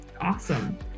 awesome